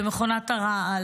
במכונת הרעל,